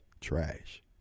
trash